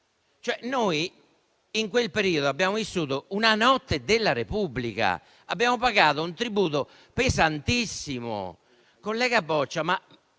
Noi in quel periodo abbiamo vissuto una notte della Repubblica e abbiamo pagato un tributo pesantissimo. Collega Boccia,